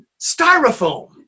styrofoam